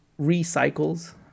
recycles